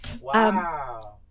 Wow